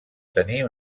tenir